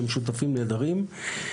שהם שותפים נהדרים.